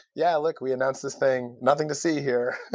yeah. look, we announced this thing. nothing to see here.